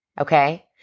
Okay